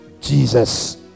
Jesus